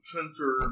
Sensor